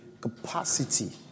capacity